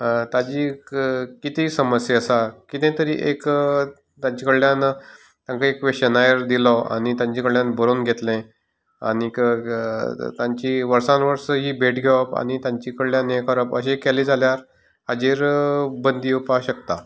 ताजी कितें समस्या आसा कितें तरी एक तांचे कडल्यान तांचे कडेन एक क्वेशनेर दिलो आनी तांचे कडल्यान बरोवन घेतलें आनीक तांची वर्सान वर्स तांची ही भेट घेवप आनी तांचे कडल्यान हें करप अशें केलें जाल्यार ताजेर बंदी येवपा शकता